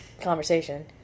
conversation